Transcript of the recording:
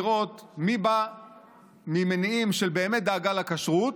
לראות מי בא ממניעים של באמת דאגה לכשרות